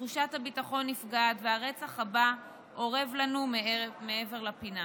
תחושת הביטחון נפגעת והרצח הבא אורב לנו מעבר לפינה.